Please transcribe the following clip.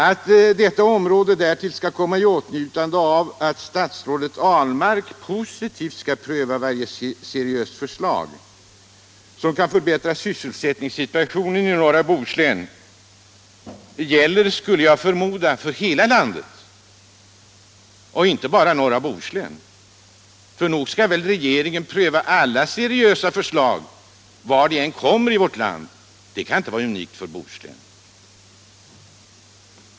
Att detta område därtill skall komma i åtnjutande av att statsrådet Ahlmark positivt skall pröva varje seriöst förslag som kan förbättra sysselsättningssituationen i norra Bohuslän gäller, skulle jag förmoda, hela landet, och inte bara norra Bohuslän — för nog skall väl regeringen pröva alla seriösa förslag, varifrån de än kommer i vårt land; det kan väl inte vara någonting unikt för norra Bohuslän?